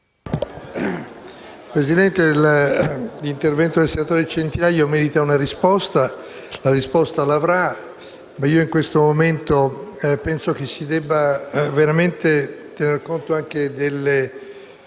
Presidente, l’intervento del senatore Centinaio merita una risposta e l’avrà, ma in questo momento penso che si debba tener conto anche delle